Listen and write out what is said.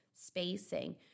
spacing